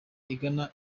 igana